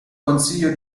consiglio